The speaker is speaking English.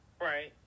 Right